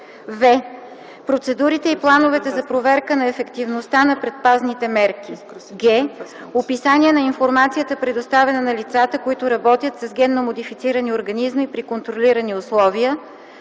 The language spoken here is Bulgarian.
в) процедурите и плановете за проверка на ефективността на предпазните мерки; г) описание на информацията, предоставена на лицата, които работят с генно модифицирани организми при контролирани условия;